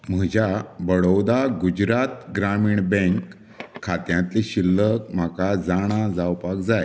म्हज्या बडौदा गुजरात ग्रामीण बँक खात्यांतली शिल्लक म्हाका जाणा जावपाक जाय